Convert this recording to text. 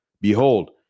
Behold